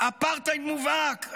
אפרטהייד מובהק.